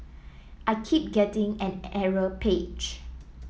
I keep getting an error page